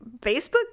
Facebook